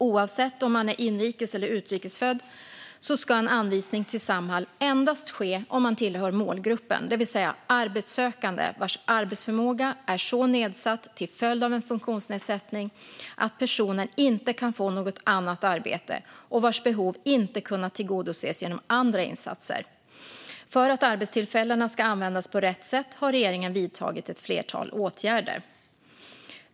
Oavsett om man är inrikes eller utrikes född ska en anvisning till Samhall endast ske om man tillhör målgruppen, det vill säga arbetssökande vars arbetsförmåga är så nedsatt till följd av en funktionsnedsättning att personen inte kan få något annat arbete och vars behov inte kunnat tillgodoses genom andra insatser. För att arbetstillfällena ska användas på rätt sätt har regeringen vidtagit ett flertal åtgärder.